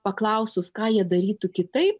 paklausus ką jie darytų kitaip